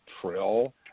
Trill